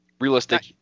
realistic